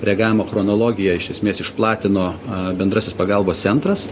reagavimo chronologiją iš esmės išplatino bendrasis pagalbos centras